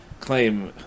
claim